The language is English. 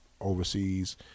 overseas